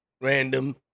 Random